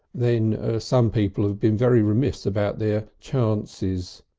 then some people have been very remiss about their chances,